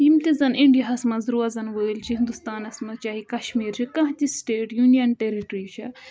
یِم تہِ زَن اِنٛڈیاہَس منٛز روزَن وٲلۍ چھِ ہِنٛدوستانَس منٛز چاہے کَشمیٖر چھِ کانٛہہ تہِ سِٹیٹ یوٗنِیَن ٹیرِٹرٛی چھےٚ